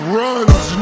runs